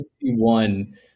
one